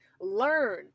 Learn